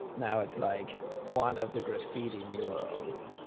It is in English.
now it's like, one of the graffiti murals,